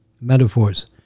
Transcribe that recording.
metaphors